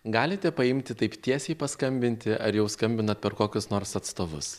galite paimti taip tiesiai paskambinti ar jau skambinat per kokius nors atstovus